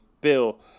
bill